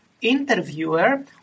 interviewer